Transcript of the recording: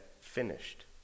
finished